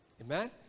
Amen